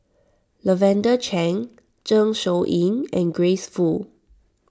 Lavender Chang Zeng Shouyin and Grace Fu